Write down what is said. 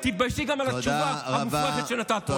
תתביישי גם על התגובה המופרכת שנתת פה היום.